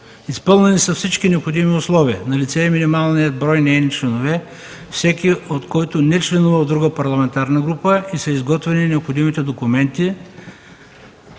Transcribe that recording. Изпълнени са всички необходими условия. Налице е минималният брой нейни членове, всеки от които не членува в друга парламентарна група, и са изготвени необходимите документи.